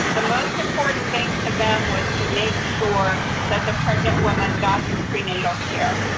the most important thing to them was to make sure that the pregnant woman got to prenatal care,